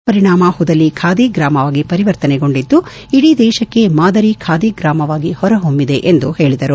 ಇದರ ಪರಿಣಾಮ ಹುದಲಿ ಖಾದಿ ಗ್ರಾಮವಾಗಿ ಪರಿವರ್ತನೆಗೊಂಡಿದ್ದು ಇಡೀ ದೇಶಕ್ಕೆ ಮಾದರಿ ಖಾದಿ ಗ್ರಾಮವಾಗಿ ಹೊರಹೊಮ್ಬಿದೆ ಎಂದು ಹೇಳಿದರು